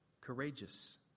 courageous